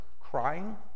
Crying